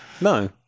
no